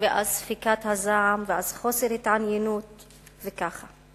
ספיגת הזעם, ואז חוסר התעניינות בכך.